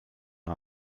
der